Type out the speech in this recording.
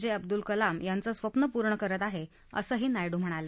जे अब्दुल कलाम यांचं स्वप्न पूर्ण करत आहे असं नायडू म्हणाले